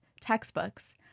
textbooks